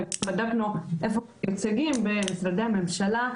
וגם בדקנו איפה הם מיוצגים במשרדי הממשלה.